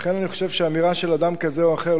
לכן אני חושב שאמירה של אדם כזה או אחר,